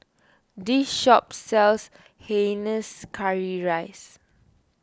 this shop sells Hainanese Curry Rice